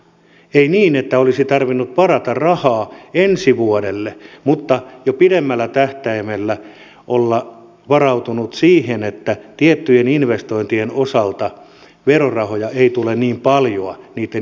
ei niin että olisi tarvinnut varata rahaa ensi vuodelle mutta jo pidemmällä tähtäimellä olla varautunut siihen että tiettyjen investointien osalta verorahoja ei tule niin paljoa niitten investointien kautta